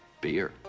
Beer